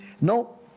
no